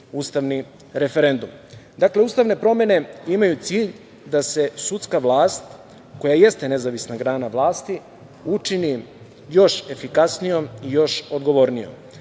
ustavni referendum. Dakle, ustavne promene imaju cilj da se sudska vlast koja jeste nezavisna grana vlasti učini još efikasnijom i još odgovornijom.